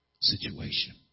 situation